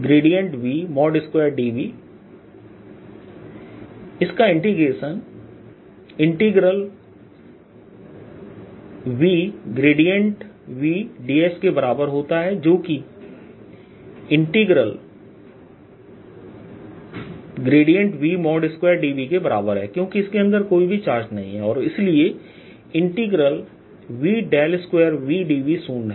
VVdVV2VdVV2dV इसका integration VVdS के बराबर होता है जो कि V2dV के बराबर है क्योंकि इसके अंदर कोई भी चार्ज नहीं है और इसलिए V2VdV शून्य है